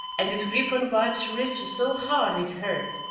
and his grip on bart's wrist was so hard it hurt.